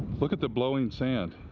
look at the blowing sand.